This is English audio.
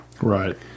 Right